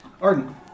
Arden